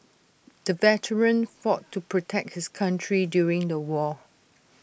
the veteran fought to protect his country during the war